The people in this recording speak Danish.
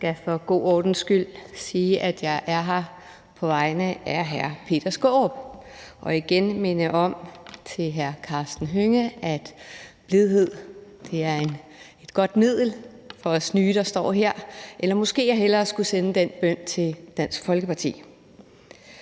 Jeg skal for god ordens skyld sige, at jeg er her på vegne af hr. Peter Skaarup. Og jeg skal igen minde hr. Karsten Hønge om, at blidhed er et godt middel for os nye, der står her. Måske jeg hellere skulle sende den bøn til Dansk Folkeparti.